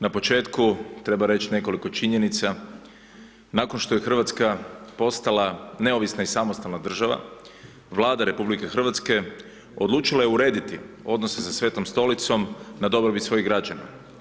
Na početku treba reći nekoliko činjenica, nakon što je Hrvatska postala neovisna i samostalna država, Vlada RH odlučila je urediti odnose sa Svetom Stolicom na dobrobit svojih građana.